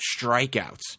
strikeouts